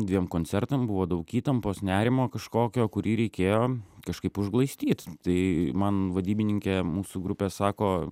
dviem koncertam buvo daug įtampos nerimo kažkokio kurį reikėjo kažkaip užglaistyt tai man vadybininkė mūsų grupės sako